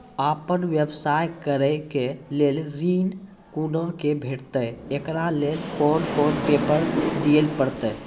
आपन व्यवसाय करै के लेल ऋण कुना के भेंटते एकरा लेल कौन कौन पेपर दिए परतै?